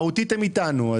מהותית הם אתנו.